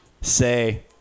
say